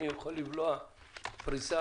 אני יכול לבלוע פריסה.